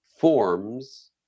forms